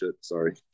sorry